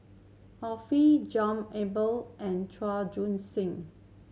Arifin John Eber and Chua Joon